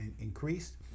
increased